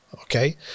okay